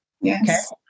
Yes